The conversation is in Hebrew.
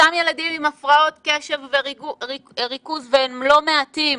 אותם ילדים עם הפרעות קשב וריכוז, והם לא מעטים,